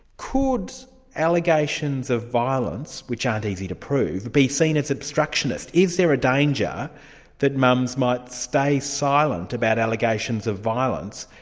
could allegations of violence, which aren't easy to prove, be seen as obstructionist? is there a danger that mums might stay silent about allegations of violence,